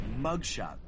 Mugshot